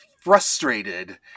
frustrated